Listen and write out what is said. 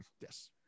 Yes